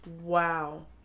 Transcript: Wow